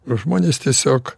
žmonės tiesiog